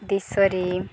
ଦେଶରେ